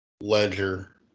Ledger